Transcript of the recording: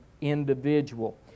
individual